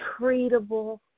treatable